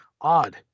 odd